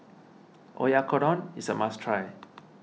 Oyakodon is a must try